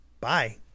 bye